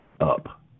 up